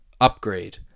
upgrade